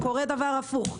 קורה דבר הפוך.